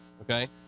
okay